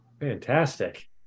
Fantastic